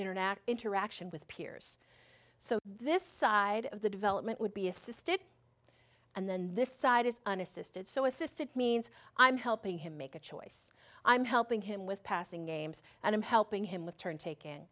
internet interaction with peers so this side of the development would be assisted and then this side is unassisted so assisted means i'm helping him make a choice i'm helping him with passing games and i'm helping him with turn tak